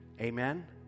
Amen